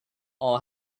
all